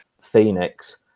Phoenix